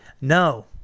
No